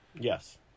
Yes